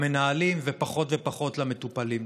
בעיקר למנהלים ופחות ופחות למטופלים.